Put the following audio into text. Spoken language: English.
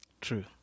true